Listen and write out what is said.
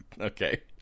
Okay